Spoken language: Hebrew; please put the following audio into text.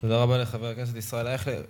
תודה רבה לחבר הכנסת ישראל אייכלר,